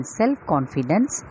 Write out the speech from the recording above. self-confidence